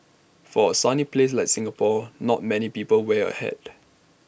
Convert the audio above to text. for A sunny place like Singapore not many people wear A hat